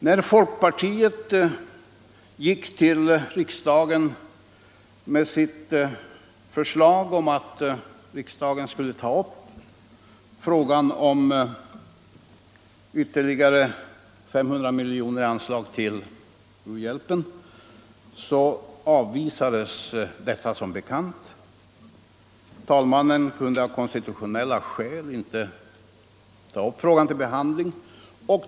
När folkpartiet gick till riksdagen med sitt förslag om att riksdagen skulle ta upp frågan om ytterligare 500 miljoner i anslag till u-hjälpen, avvisades detta som bekant. Talmannen kunde av konstitutionella skäl inte ta upp frågan till behandling.